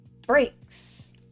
breaks